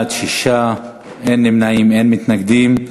בעד, 6, אין נמנעים ואין מתנגדים.